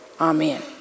amen